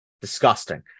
disgusting